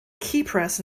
keypress